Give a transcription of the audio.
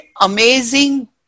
amazing